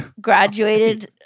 graduated